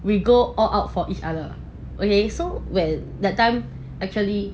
we go all out for each other okay so when that time actually